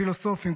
פילוסופים,